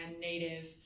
native